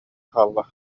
хаалла